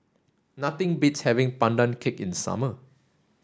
nothing beats having Pandan Cake in summer